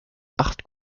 acht